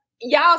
y'all